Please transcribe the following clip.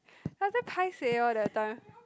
sometime paiseh lor that time